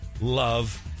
love